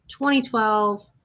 2012